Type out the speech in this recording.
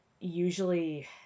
usually